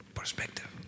Perspective